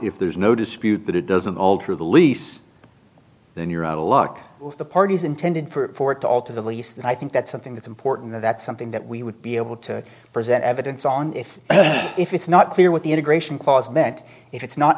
if there's no dispute that it doesn't alter the lease then you're out of luck of the parties intended for it to alter the lease that i think that's something that's important and that's something that we would be able to present evidence on if if it's not clear what the integration clause that if it's not